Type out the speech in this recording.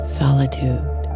solitude